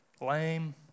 lame